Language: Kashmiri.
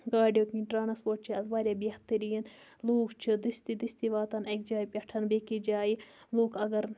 گاڑیو کِنۍ ٹرٛانَسپوٹ چھِ آز واریاہ بہتریٖن لوٗکھ چھِ دٔستی دٔستی واتان اَکہِ جایہِ پٮ۪ٹھ بیٚیہِ کِس جایہِ لُکھ اگر